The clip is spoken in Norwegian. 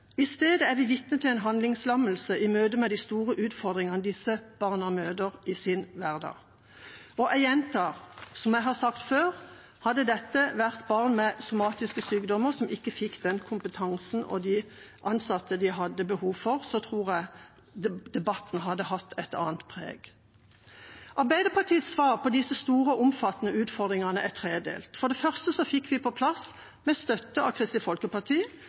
er vi vitne til en handlingslammelse i møte med de store utfordringene disse barna møter i sin hverdag. Som jeg har sagt før: Hadde dette vært barn med somatiske sykdommer som ikke fikk tilgang til den kompetansen og de ansatte de hadde behov for, tror jeg debatten hadde hatt et annet preg. Arbeiderpartiets svar på disse store og omfattende utfordringene er tredelt. For det første fikk vi på plass med støtte av Kristelig Folkeparti